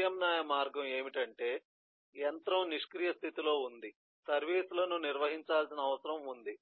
ప్రత్యామ్నాయ మార్గం ఏమిటంటే యంత్రం నిష్క్రియ స్థితిలో ఉంది సర్వీసులను నిర్వహించాల్సిన అవసరం ఉంది